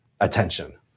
attention